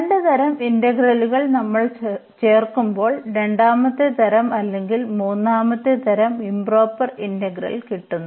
രണ്ട് തരം ഇന്റഗ്രലുകൾ നമ്മൾ ചേർക്കുമ്പോൾ രണ്ടാമത്തെ തരം അല്ലെങ്കിൽ മൂന്നാമത്തെ തരം ഇംപ്റോപർ ഇന്റഗ്രൽ കിട്ടുന്നു